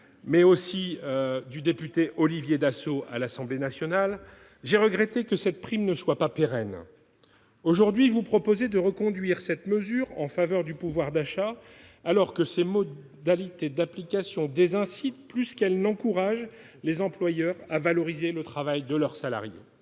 mais aussi par le député Olivier Dassault. Cependant, je regrette que cette prime ne soit pas pérenne. En effet, aujourd'hui, vous proposez de reconduire cette mesure en faveur du pouvoir d'achat, alors que ses modalités d'application désincitent plus qu'elles n'encouragent les employeurs à valoriser le travail de leurs salariés.